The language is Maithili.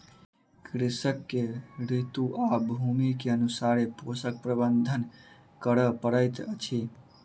कृषक के ऋतू आ भूमि के अनुसारे पोषक प्रबंधन करअ पड़ैत अछि